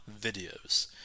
videos